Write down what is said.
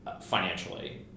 financially